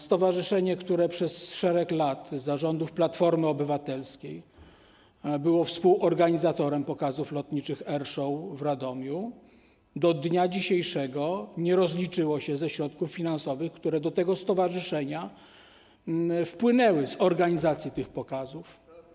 Stowarzyszenie, które przez szereg lat za rządów Platformy Obywatelskiej było współorganizatorem pokazów lotniczych Air Show w Radomiu, do dnia dzisiejszego nie rozliczyło się ze środków finansowych, które do tego stowarzyszenia wpłynęły z tytułu organizacji tych pokazów.